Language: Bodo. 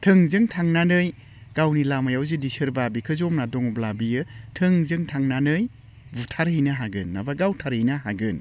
थोंजों थांनानै गावनि लामायाव जुदि सोरबा बिखौ जमनानै दंब्ला बियो थोंजों थांनानै बुथारहैनो हागोन नङाबा गावथारहैनो हागोन